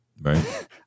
right